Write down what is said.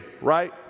right